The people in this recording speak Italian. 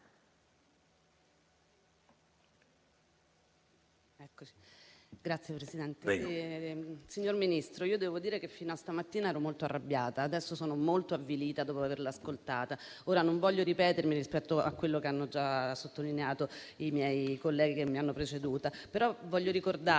*(Misto-AVS)*. Signor Ministro, devo dire che fino a stamattina ero molto arrabbiata. Adesso sono molto avvilita dopo averla ascoltata. Non voglio ripetere quello che hanno già sottolineato i miei colleghi che mi hanno preceduta, però voglio ricordare